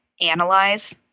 analyze